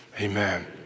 amen